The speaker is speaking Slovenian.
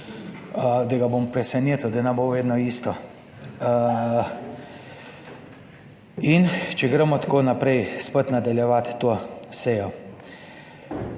da ga bom presenetil, da ne bo vedno isto. In če gremo tako naprej spet nadaljevati to sejo.